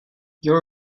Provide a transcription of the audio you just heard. your